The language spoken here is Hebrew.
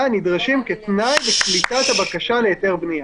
נדרשים כתנאי לקליטת הבקשה להיתר בנייה.